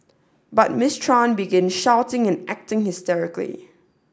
but Miss Tran began shouting and acting hysterically